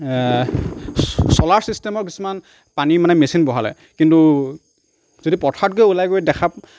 solar ছিষ্টেমৰ কিছুমান পানীৰ মানে মেছিন বহালে কিন্তু যদি পথাৰত গৈ ওলাই গৈ দেখা